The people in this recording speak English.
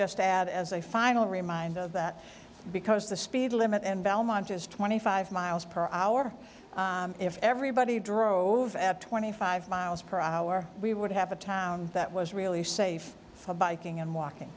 just add as a final reminded that because the speed limit in belmont is twenty five miles per hour if everybody drove at twenty five miles per hour we would have a town that was really safe for biking and walking